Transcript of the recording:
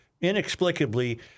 inexplicably